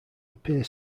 appear